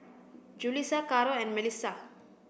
Julissa Caro and Milissa